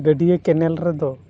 ᱜᱟᱹᱰᱭᱟᱹ ᱠᱮᱱᱮᱞ ᱨᱮᱫᱚ